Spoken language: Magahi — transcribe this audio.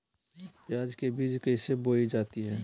प्याज के बीज कैसे बोई जाती हैं?